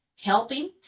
helping